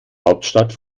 hauptstadt